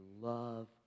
love